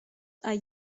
are